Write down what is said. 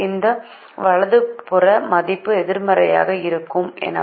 இதன் வலது புற மதிப்பு எதிர்மறையாக இருக்காது